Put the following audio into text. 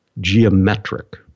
geometric